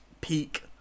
peak